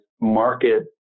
market